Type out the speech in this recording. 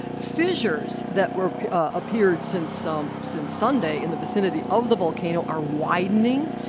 fissures that were appeared since um since sunday in the vicinity of the volcano are widening.